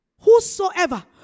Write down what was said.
whosoever